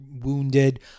wounded